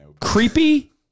creepy